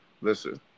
listen